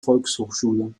volkshochschule